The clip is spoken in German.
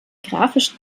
grafischen